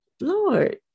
lord